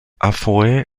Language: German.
amphoe